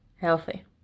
healthy